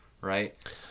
right